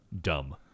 dumb